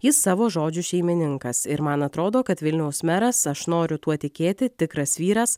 jis savo žodžių šeimininkas ir man atrodo kad vilniaus meras aš noriu tuo tikėti tikras vyras